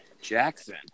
Jackson